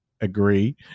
agree